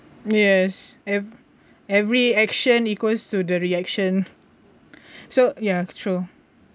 yes ev~ every action equals to the reaction so ya true